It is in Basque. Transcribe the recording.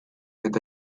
eta